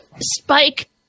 Spike